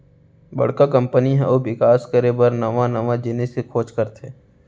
बड़का कंपनी ह अउ बिकास करे बर नवा नवा जिनिस के खोज करथे